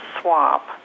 swap